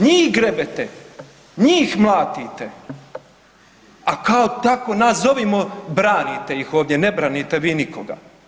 Njih grebete, njih mlatite, a kao tako, nazovimo, branite ih ovdje, ne branite vi nikoga.